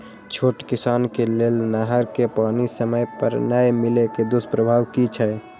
छोट किसान के लेल नहर के पानी समय पर नै मिले के दुष्प्रभाव कि छै?